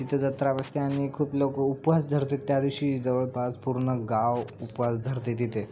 तिथं जत्रा असते आणि खूप लोक उपवास धरतात त्या दिवशी जवळपास पूर्ण गाव उपवास धरते तिथे